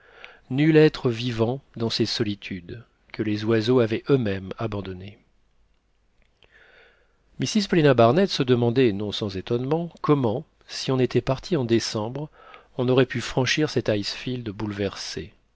nul être vivant dans ces solitudes que les oiseaux avaient eux-mêmes abandonnées mrs paulina barnett se demandait non sans étonnement comment si on était parti en décembre on aurait pu franchir cet icefield bouleversé